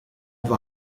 war